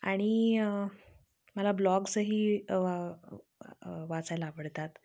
आणि मला ब्लॉग्सही वाचायला आवडतात